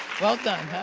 well done, huh?